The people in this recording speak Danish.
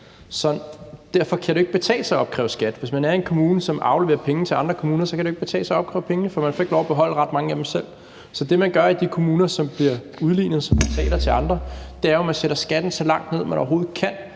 derfor kan det jo ikke betale sig at opkræve skat. Hvis man er en kommune, som afleverer penge til andre kommuner, kan det jo ikke betale sig at opkræve pengene, for man får ikke lov at beholde ret mange af dem selv. Så det, man gør i de kommuner, som bliver udlignet og betaler til andre, er jo, at man sætter skatten så langt ned, man overhovedet kan,